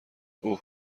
اوه